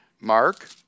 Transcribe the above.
Mark